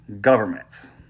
governments